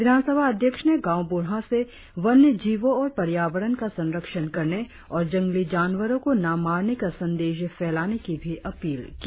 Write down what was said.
विधानसभा अध्यक्ष ने गांव बुढ़ा से वन्य जीवों और पर्यावरण का संरक्षण करने और जंगली जानवरों को न मारने का संदेश फैलाने की भी अपील की